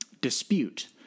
dispute